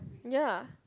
ya